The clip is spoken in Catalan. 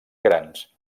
grans